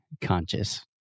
conscious